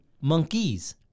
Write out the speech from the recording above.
monkeys